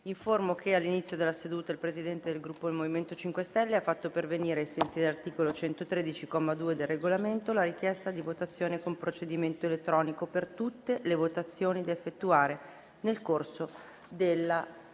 che all'inizio della seduta il Presidente del Gruppo MoVimento 5 Stelle ha fatto pervenire, ai sensi dell'articolo 113, comma 2, del Regolamento, la richiesta di votazione con procedimento elettronico per tutte le votazioni da effettuare nel corso della seduta.